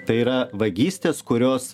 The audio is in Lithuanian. tai yra vagystės kurios